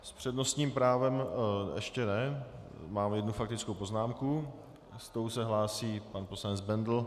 S přednostním právem ještě ne mám jednu faktickou poznámku, s tou se hlásí pan poslanec Bendl.